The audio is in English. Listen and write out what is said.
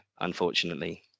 Unfortunately